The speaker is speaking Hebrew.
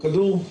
כדור ים.